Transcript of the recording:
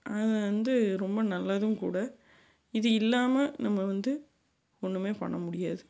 அது வந்து ரொம்ப நல்லதும் கூட இது இல்லாமல் நம்ம வந்து ஒன்றுமே பண்ணமுடியாது